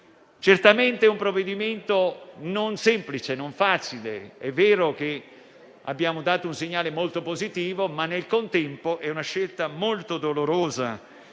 tratta di un provvedimento non semplice, non facile. È vero che abbiamo dato un segnale molto positivo, ma nel contempo è una scelta molto dolorosa,